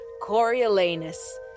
Coriolanus